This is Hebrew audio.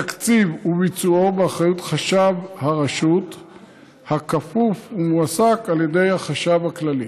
התקציב וביצועו באחריות חשב הרשות הכפוף ומועסק על ידי החשב הכללי.